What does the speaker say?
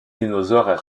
dinosaures